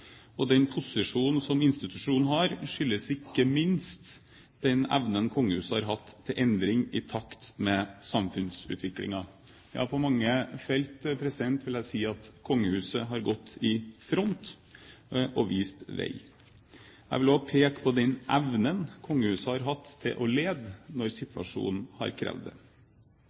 og den posisjonen som institusjonen har, skyldes ikke minst den evnen kongehuset har hatt til endring i takt med samfunnsutviklingen – ja, på mange felt vil jeg si at kongehuset har gått i front og vist vei. Jeg vil også peke på den evnen kongehuset har hatt til å lede når situasjonen har krevd det.